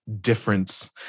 difference